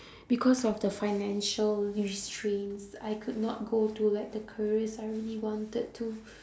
because of the financial restraints I could not go to like the careers I really wanted to